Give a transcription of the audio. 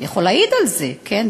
יכול להעיד על זה, כן?